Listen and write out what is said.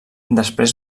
després